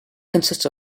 consists